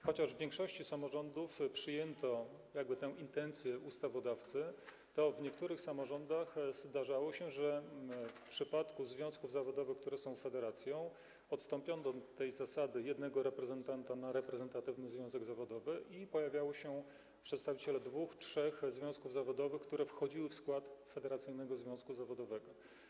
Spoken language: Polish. Chociaż w większości samorządów przyjęto tę intencję ustawodawcy, to w niektórych samorządach zdarzało się, że w przypadku związków zawodowych, które są federacją, odstąpiono od zasady jednego reprezentanta na reprezentatywny związek zawodowy i pojawiali się przedstawiciele dwóch, trzech związków zawodowych, które wchodziły w skład federacyjnego związku zawodowego.